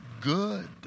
good